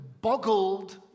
boggled